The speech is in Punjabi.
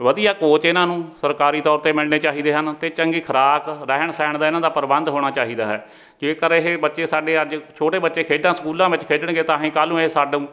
ਵਧੀਆ ਕੋਚ ਇਹਨਾਂ ਨੂੰ ਸਰਕਾਰੀ ਤੌਰ 'ਤੇ ਮਿਲਣੇ ਚਾਹੀਦੇ ਹਨ ਅਤੇ ਚੰਗੀ ਖੁਰਾਕ ਰਹਿਣ ਸਹਿਣ ਦਾ ਇਹਨਾਂ ਦਾ ਪ੍ਰਬੰਧ ਹੋਣਾ ਚਾਹੀਦਾ ਹੈ ਜੇਕਰ ਇਹ ਬੱਚੇ ਸਾਡੇ ਅੱਜ ਛੋਟੇ ਬੱਚੇ ਖੇਡਾਂ ਸਕੂਲਾਂ ਵਿੱਚ ਖੇਡਣਗੇ ਤਾਂ ਹੀ ਕੱਲ੍ਹ ਨੂੰ ਇਹ ਸਾਨੂੰ